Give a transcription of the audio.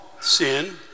sin